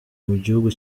mugihugu